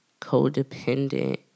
codependent